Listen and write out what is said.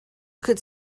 could